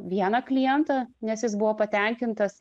vieną klientą nes jis buvo patenkintas